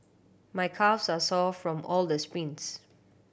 my calves are sore from all the sprints